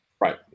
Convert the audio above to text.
Right